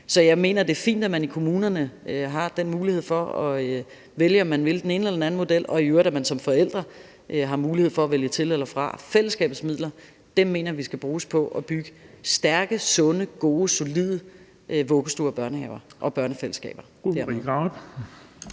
Så jeg mener, det er fint, at kommunerne har den mulighed for at vælge, om de vil den ene eller den anden model, og at man i øvrigt som forælder har mulighed for at vælge til eller fra. Fællesskabets midler mener jeg skal bruges på at bygge stærke, sunde, gode, solide vuggestuer og børnehaver og børnefællesskaber.